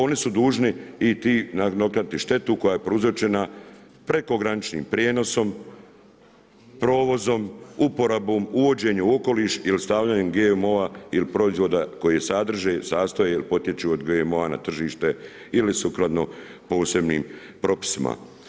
Oni su dužni i ti nadoknaditi štetu koja je prouzročena prekograničnim prijenosom, provozom, uporabom uvođenja u okoliš i stavljanje GMO u proizvoda koje sadrže, sastoje ili potiču od GMO na tržište ili sukladno posebnim propisima.